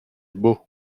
beau